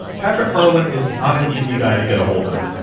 patrick harlan is not an easy guy to get a hold of.